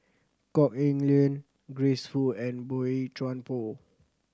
Kok Heng Leun Grace Fu and Boey Chuan Poh